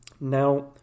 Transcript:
Now